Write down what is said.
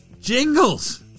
Jingles